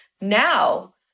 Now